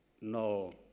no